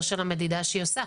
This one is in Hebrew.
בהקשר של המדידה שהיא עושה,